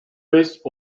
race